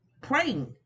praying